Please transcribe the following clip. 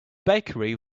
bakery